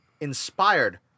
inspired